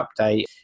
update